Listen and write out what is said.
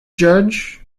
judge